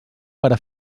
per